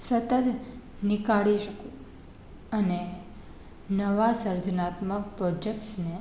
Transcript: સતત નિખારી શકું અને નવા સર્જનાત્મક પ્રોજેક્ટ્સને